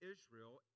Israel